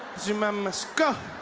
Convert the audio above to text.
zuma must go!